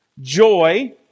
Joy